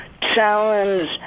challenge